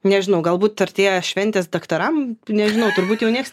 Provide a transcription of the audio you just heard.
nežinau galbūt artėja šventės daktaram nežinau turbūt jau nieks